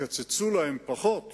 יקצצו להם פחות